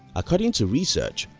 according to research,